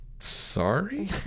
sorry